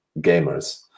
gamers